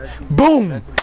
boom